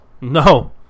No